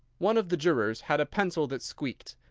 one of the jurors had a pencil that squeaked.